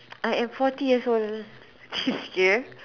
I am forty years old okay